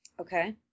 okay